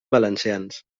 valencians